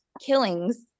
killings